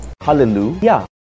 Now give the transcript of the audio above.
Hallelujah